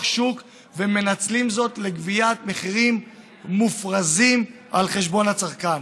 שוק ומנצלים זאת לגביית מחירים מופרזים על חשבון הצרכן.